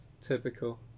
Typical